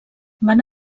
van